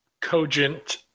cogent